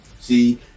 See